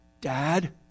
Dad